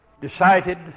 decided